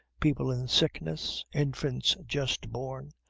people in sickness, infants just born,